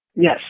Yes